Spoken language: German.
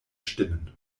stimmen